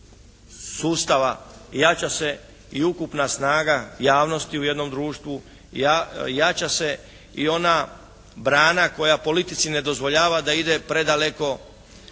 sustava jača se i ukupna snaga javnosti u jednom društvu, jača se i ona brana koja politici ne dozvoljava da ide predaleko.